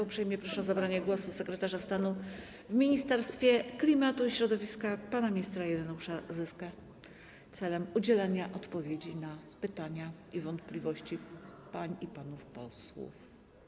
Uprzejmie proszę o zabranie głosu sekretarza stanu w Ministerstwie Klimatu i Środowiska pana ministra Ireneusza Zyskę celem udzielenia odpowiedzi na pytania i wątpliwości pań i panów posłów.